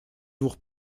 двух